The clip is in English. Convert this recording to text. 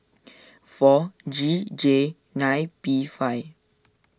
four G J nine P five